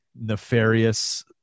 nefarious